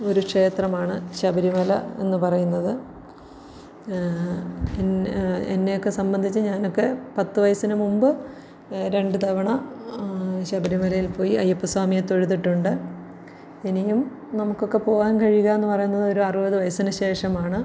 ഒരു ക്ഷേത്രമാണ് ശബരിമല എന്ന് പറയുന്നത് എന്നെ എന്നെ ഒക്കെ സംബന്ധിച്ച് ഞാനൊക്കെ പത്ത് വയസ്സിന് മുമ്പ് രണ്ട് തവണ ശബരിമലയിൽ പോയി അയ്യപ്പസ്വാമിയെ തൊഴുതിട്ടുണ്ട് ഇനിയും നമുക്കൊക്കെ പോവാൻ കഴിയുക എന്ന് പറയുന്നതൊരു അറുപത് വയസ്സിന് ശേഷമാണ്